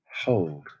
hold